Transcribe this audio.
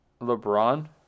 LeBron